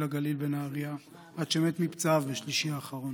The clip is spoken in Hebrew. לגליל בנהריה עד שמת מפצעיו ביום שלישי האחרון.